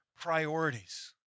priorities